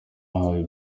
bahawe